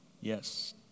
Yes